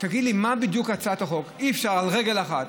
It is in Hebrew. תגיד לי על מה בדיוק הצעת החוק, על רגל אחת.